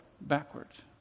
Backwards